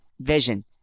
vision